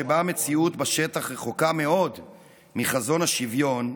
שבה המציאות בשטח רחוקה מאוד מחזון השוויון,